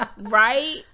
Right